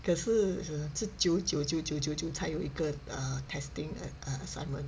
可是这九九九九九九才有一个 err testing assignment